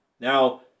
now